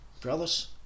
brothers